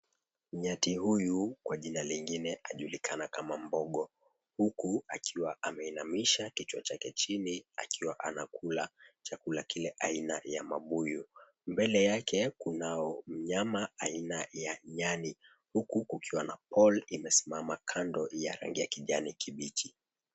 Nyati huyu kwa jina lingine ajulikana kama mbogo. Huku akiwa ameinamisha kichwa chake chini, akiwa anakula chakula kile aina ya mabuyu. Mbele yake kunao mnyama aina ya nyani. Huku kukiwa na pole imesimama kando ya rangi ya kijani kibichi.